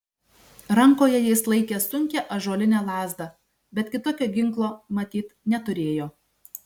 rankoje jis laikė sunkią ąžuolinę lazdą bet kitokio ginklo matyt neturėjo